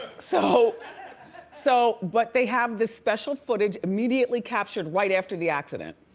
so so but they have this special footage immediately captured right after the accident.